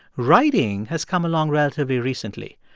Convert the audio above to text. writing has come along relatively recently.